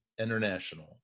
international